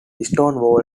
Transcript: stonewall